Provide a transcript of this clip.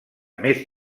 més